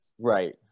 Right